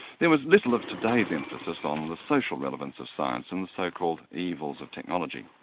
there was little of today's emphasis on the social relevance of science and the so-called evils of technology.